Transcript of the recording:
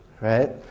right